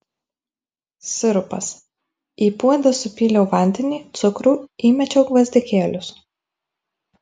sirupas į puodą supyliau vandenį cukrų įmečiau gvazdikėlius